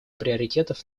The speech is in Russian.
приоритетов